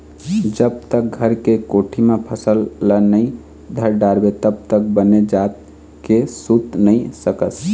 जब तक घर के कोठी म फसल ल नइ धर डारबे तब तक बने जात के सूत नइ सकस